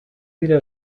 dira